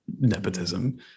nepotism